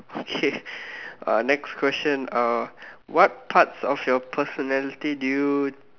okay uh next question uh what parts of your personality do you